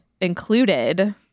included